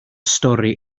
stori